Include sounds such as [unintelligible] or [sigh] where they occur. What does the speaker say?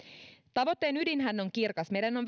tavoitteen ydinhän on kirkas meidän on [unintelligible]